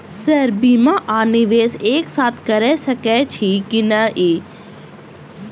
Sir बीमा आ निवेश एक साथ करऽ सकै छी की न ई?